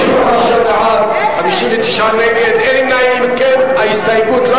רבותי, ההסתייגות לא